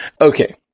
Okay